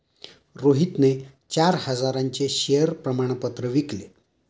रोहितने चार हजारांचे शेअर प्रमाण पत्र विकले